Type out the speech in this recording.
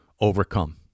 overcome